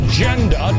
Agenda